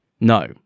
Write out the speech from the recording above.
No